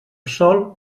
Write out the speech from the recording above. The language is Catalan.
sol